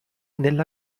nella